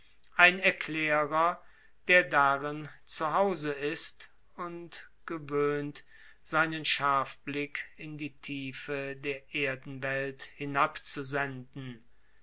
ein erklärer der darin zu hause ist und seinen scharfblick in die tiefe der erdenwelt hinabzusenden